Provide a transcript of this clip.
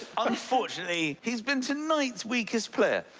unfortunately, he's been tonight's weakest player.